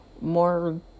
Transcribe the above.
more